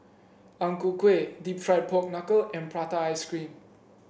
Ang Ku Kueh deep fried Pork Knuckle and Prata Ice Cream